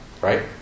Right